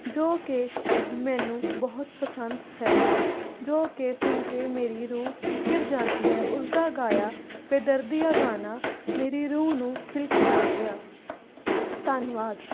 ਜੋ ਕਿ ਮੈਨੂੰ ਬਹੁਤ ਪਸੰਦ ਹੈ ਜੋ ਕਿ ਸੁਣ ਕੇ ਮੇਰੀ ਰੂਹ ਖਿੜ ਜਾਂਦੀ ਹੈ ਉਸਦਾ ਗਾਇਆ ਬੇਦਰਦੀਆ ਗਾਣਾ ਮੇਰੀ ਰੂਹ ਨੂੰ ਖਿਲ ਖਿਲਾ ਗਿਆ ਧੰਨਵਾਦ